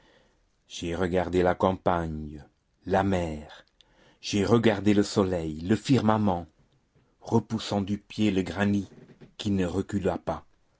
j'ai regardé la campagne la mer j'ai regardé le soleil le firmament repoussant du pied le granit qui ne recula pas